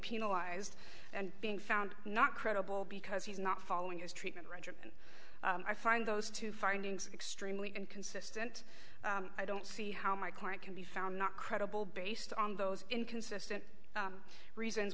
penalized and being found not credible because he's not following his treatment roger i find those two findings extremely consistent i don't see how my current can be found not credible based on those inconsistent reasons